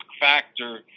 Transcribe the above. factor